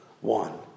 one